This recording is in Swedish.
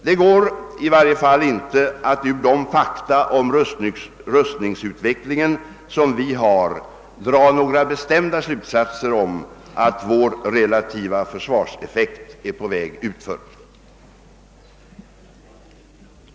Det går i varje fall inte att ur de fakta om rustningsutvecklingen som vi har dra några bestämda slutsatser om att vår relativa försvarseffekt skulle vara på väg utför.